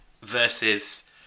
versus